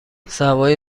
سوای